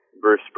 Bruce